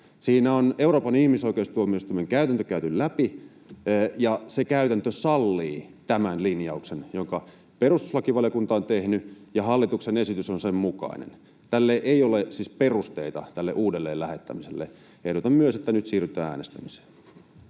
Siinä on Euroopan ihmisoikeustuomioistuimen käytäntö käyty läpi, ja se käytäntö sallii tämän linjauksen, jonka perustuslakivaliokunta on tehnyt, ja hallituksen esitys on sen mukainen. Tälle uudelle lähettämiselle ei ole siis perusteita. Ehdotan myös, että nyt siirrytään äänestämiseen.